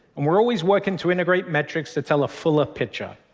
and we're always working to integrate metrics that tell a fuller picture.